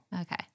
Okay